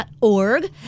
org